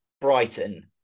Brighton